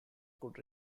could